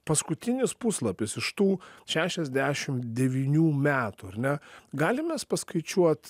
paskutinis puslapis iš tų šešiasdešim devynių metų ar ne galim mes paskaičiuot